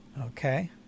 Okay